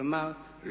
כלומר,